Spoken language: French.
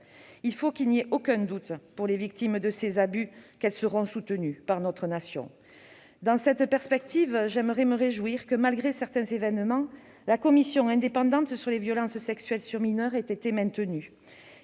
Il faut qu'il n'y ait aucun doute pour les victimes de ces abus qu'elles seront soutenues par notre nation. Dans cette perspective, j'aimerais me réjouir que, malgré certains événements, la commission indépendante sur les violences sexuelles sur mineur ait été maintenue.